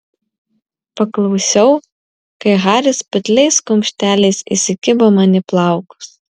paklausiau kai haris putliais kumšteliais įsikibo man į plaukus